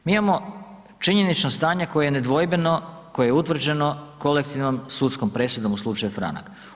Mi imamo činjenično stanje koje je nedvojbeno, koje je utvrđeno kolektivnom sudskom presudom u slučaju Franak.